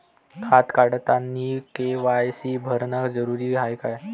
खातं काढतानी के.वाय.सी भरनं जरुरीच हाय का?